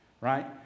right